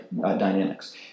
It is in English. dynamics